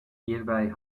hierbei